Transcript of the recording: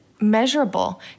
measurable